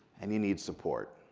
and you need support.